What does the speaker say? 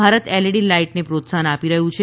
Bharat LED લાઇટને પ્રોત્સાહન આપી રહ્યું છે